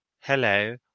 hello